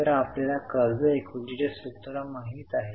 तर आपल्याला रोख रक्कम मिळाली आणि आपण डिबेंचर्स दिली समजत आहे